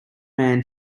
man